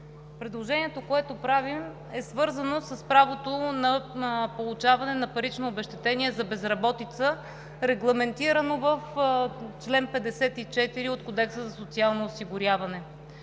Предложението, което правим, е свързано с правото на получаване на парично обезщетение за безработица, регламентирано в чл. 54 от Кодекса за социално осигуряване.